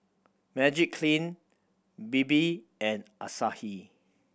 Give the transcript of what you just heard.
Magiclean Bebe and Asahi